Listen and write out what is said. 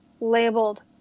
labeled